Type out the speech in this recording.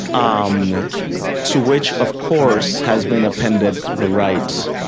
um to which, of course, has been appended the right